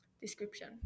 description